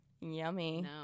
Yummy